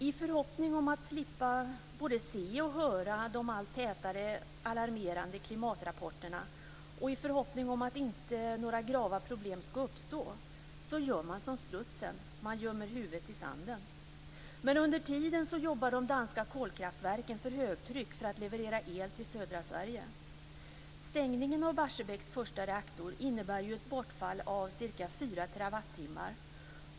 I förhoppning om att man ska slippa både se och höra de allt tätare alarmerande klimatrapporterna och i förhoppning om att några grava problem inte ska uppstå gör man som strutsen: Man gömmer huvudet i sanden. Men under tiden jobbar de danska kolkraftverken för högtryck för att leverera el till södra Sverige. Stängningen av Barsebäcks första reaktor innebär ju ett bortfall av ca 4 terawattimmar.